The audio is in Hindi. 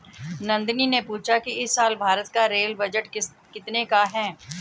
नंदनी ने पूछा कि इस साल भारत का रेल बजट कितने का है?